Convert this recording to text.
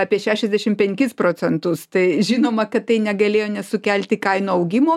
apie šešiasešim penkis procentus tai žinoma kad tai negalėjo nesukelti kainų augimo